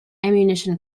ammunition